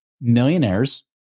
millionaires